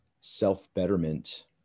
self-betterment